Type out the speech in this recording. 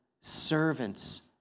servants